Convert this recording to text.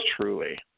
Truly